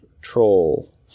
troll